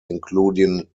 including